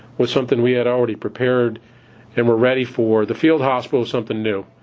was something we had already prepared and we're ready for. the field hospital is something new.